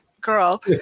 girl